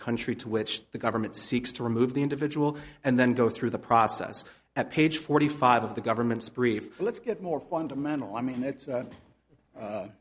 country to which the government seeks to remove the individual and then go through the process at page forty five of the government's brief let's get more fundamental i mean it's